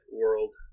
World